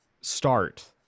start